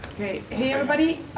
hi everybody.